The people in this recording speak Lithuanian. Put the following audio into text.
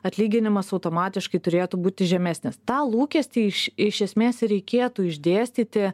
atlyginimas automatiškai turėtų būti žemesnis tą lūkestį iš iš esmės ir reikėtų išdėstyti